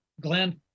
Glenn